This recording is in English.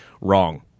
Wrong